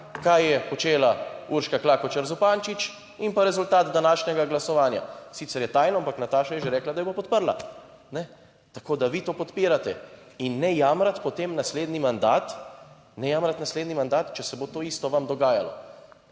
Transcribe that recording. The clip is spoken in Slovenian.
kaj je počela Urška Klakočar Zupančič, in pa rezultat današnjega glasovanja, sicer je tajno, ampak Nataša je že rekla, da jo bo podprla, ne tako, da vi to podpirate in ne jamrati potem naslednji mandat, ne jamrati naslednji